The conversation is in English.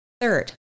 Third